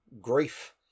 grief